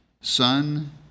Son